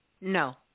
No